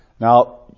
Now